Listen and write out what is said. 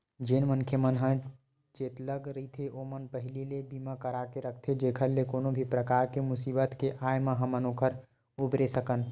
जेन मनखे मन ह चेतलग रहिथे ओमन पहिली ले बीमा करा के रखथे जेखर ले कोनो भी परकार के मुसीबत के आय म हमन ओखर उबरे सकन